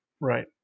Right